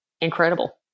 incredible